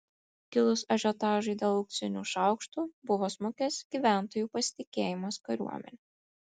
kilus ažiotažui dėl auksinių šaukštų buvo smukęs gyventojų pasitikėjimas kariuomene